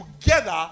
together